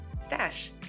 Stash